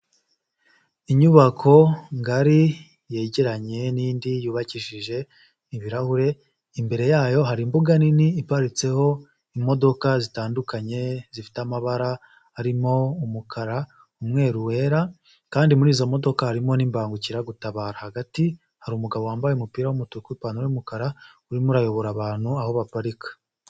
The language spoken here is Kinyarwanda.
Inyubako ngari yegeranye n'indi yubakishije ibirahure imbere yayo hari imbuga nini iparitseho imodoka zitandukanye zifite amabara arimo umukara, umweru wera kandi muri izo modoka harimo n'ibangukiragutabara hagati hari umugabo wambaye umupira w'umutuku, ipantaro y'umumukara urimo ayobora abantu aho baparika.